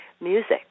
music